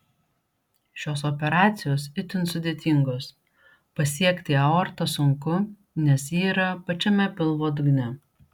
šios operacijos itin sudėtingos pasiekti aortą sunku nes ji yra pačiame pilvo dugne